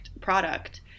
product